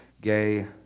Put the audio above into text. gay